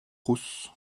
rousse